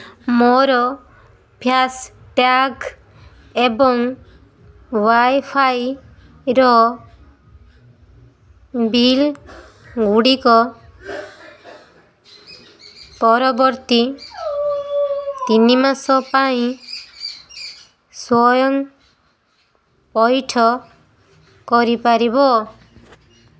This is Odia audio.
ମୋର ଫ୍ୟାସ୍ଟ୍ୟାଗ୍ ଏବଂ ୱାଇ ଫାଇର ବିଲ୍ ଗୁଡ଼ିକ ପରବର୍ତ୍ତୀ ତିନି ମାସ ପାଇଁ ସ୍ଵୟଂ ପଇଠ କରିପାରିବ